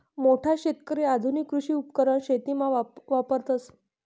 मोठा शेतकरी आधुनिक कृषी उपकरण शेतीमा वापरतस